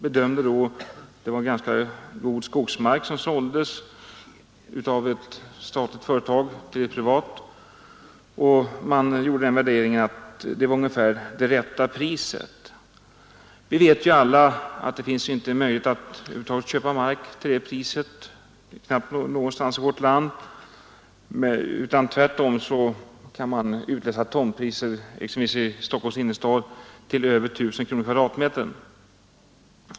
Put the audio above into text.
a. sålde då ett statligt företag ganska god skogsmark till ett privat företag, och i det sammanhanget gjorde man den värderingen att det nämnda markpriset var ungefär det rätta. Men vi vet alla att det inte finns några möjligheter att över huvud taget köpa mark till det priset någonstans i vårt land. Tvärtom kan man, t.ex. i Stockholms innerstad, ta ut tomtpriser på över 1 000 kronor per kvadratmeter.